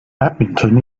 badminton